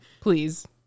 Please